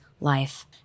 life